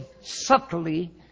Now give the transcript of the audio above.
subtly